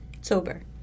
Sober